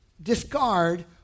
discard